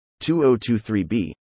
2023B